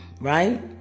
right